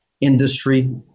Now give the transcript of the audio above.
industry